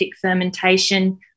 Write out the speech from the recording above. fermentation